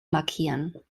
markieren